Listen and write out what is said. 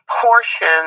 portion